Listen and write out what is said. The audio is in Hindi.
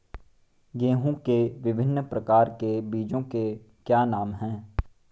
गेहूँ के विभिन्न प्रकार के बीजों के क्या नाम हैं?